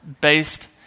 based